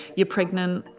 you're pregnant.